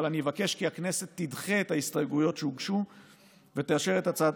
אבל אני אבקש שהכנסת תדחה את ההסתייגויות שהוגשו ותאשר את הצעת